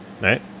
right